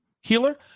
healer